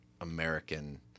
American